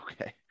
okay